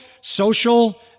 social